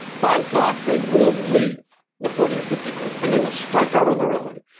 by god they will leave the forty or fifty group and they will strike out on their own.